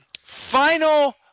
Final